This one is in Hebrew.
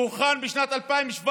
שהוכן בשנת 2017,